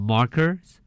Markers